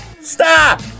Stop